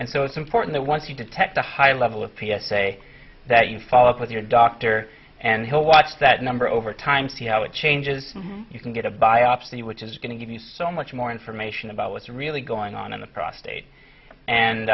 and so it's important that once you detect a high level of p s a that you follow up with your doctor and he'll watch that number over time see how it changes you can get a biopsy which is going to give you so much more information about what's really going on in the prostate and